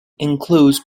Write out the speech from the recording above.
includes